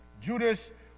Judas